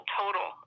total